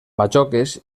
bajoques